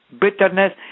bitterness